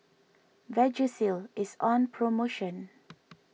Vagisil is on promotion